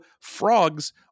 frogs